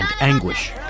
anguish